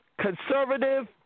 conservative